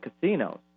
casinos